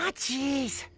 ah geez!